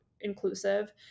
inclusive